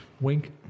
Wink